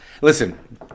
Listen